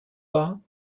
war